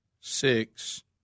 six